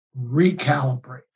recalibrate